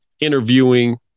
interviewing